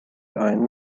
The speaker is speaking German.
einen